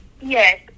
Yes